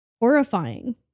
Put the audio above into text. horrifying